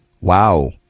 Wow